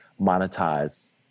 monetize